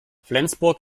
flensburg